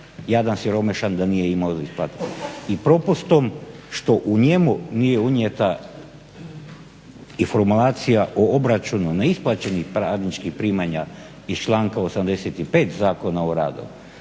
jadan siromašan da nije imao za isplatiti. I propustom što u njemu nije unijeta i formulacija o obračunu neisplaćenih radničkih primanja iz članka 85. Zakona o radu